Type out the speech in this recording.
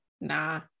Nah